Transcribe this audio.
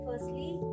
Firstly